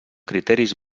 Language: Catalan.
criteris